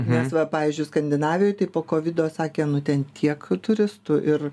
nes va pavyzdžiui skandinavijoj tai po kovido sakė nu ten tiek turistų ir